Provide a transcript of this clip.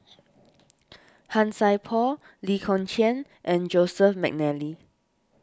Han Sai Por Lee Kong Chian and Joseph McNally